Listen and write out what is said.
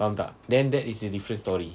faham tak then that is a different story